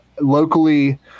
locally